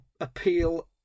appeal